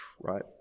right